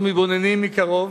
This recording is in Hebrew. אנחנו מתבוננים מקרוב,